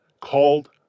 called